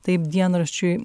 taip dienraščiui